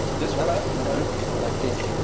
this way? no, like this.